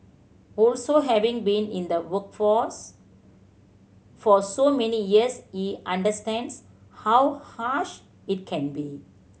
also having been in the workforce for so many years he understands how harsh it can be